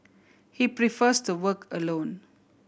he prefers to work alone